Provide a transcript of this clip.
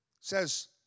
says